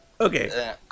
Okay